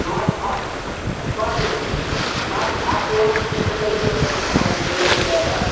मात्र आप मात्र मात्र आपको तीस सेकंड के अंदर खाना डिलीवर हो जाएगा